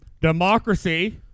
Democracy